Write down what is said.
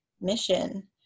mission